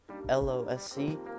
LOSC